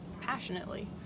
passionately